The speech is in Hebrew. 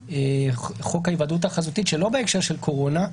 בחוק ההיוועדות החזיתית שלא בהקשר של קורונה,